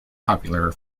popular